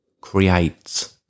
creates